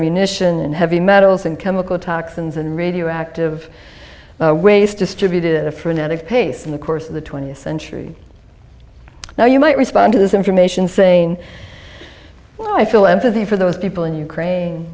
heavy metals and chemical toxins and radioactive waste distributed in a frenetic pace in the course of the twentieth century now you might respond to this information saying well i feel empathy for those people in ukraine